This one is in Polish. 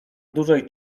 dużej